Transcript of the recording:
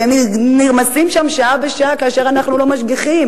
כי הם נרמסים שם שעה-שעה כאשר אנחנו לא מרגישים,